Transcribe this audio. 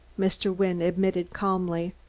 mr. wynne admitted calmly.